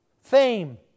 fame